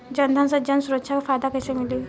जनधन से जन सुरक्षा के फायदा कैसे मिली?